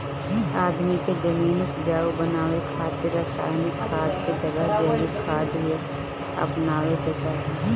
आदमी के जमीन के उपजाऊ बनावे खातिर रासायनिक खाद के जगह जैविक खाद ही अपनावे के चाही